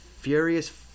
furious